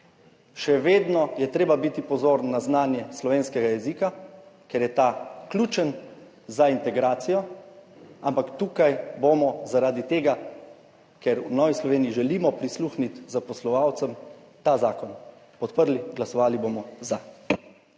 Še vedno je treba biti pozoren na znanje slovenskega jezika, ker je ta ključen za integracijo. Ampak tukaj bomo zaradi tega, ker v Novi Sloveniji želimo prisluhniti zaposlovalcem, ta zakon podprli. Glasovali bomo za.